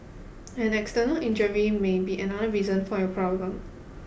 an external injury may be another reason for your problem